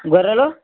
గొర్రెలు